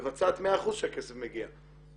מבצעת מאה אחוז כשהכסף מגיע.